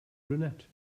brunette